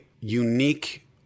unique